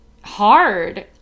hard